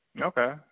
Okay